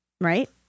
right